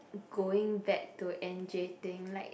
going back to N_J thing like